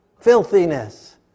filthiness